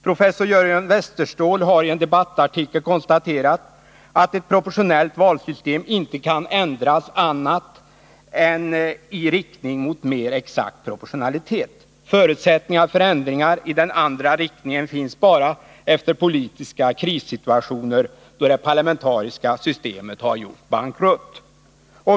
Professor Jörgen Westerståhl har i en debattartikel konstaterat att ett proportionellt valsystem inte kan ändras annat än i riktning mot mer exakt proportionalitet. Förutsättningar för ändringar i den andra riktningen finns bara efter politiska krissituationer då det parlamentariska systemet gjort bankrutt.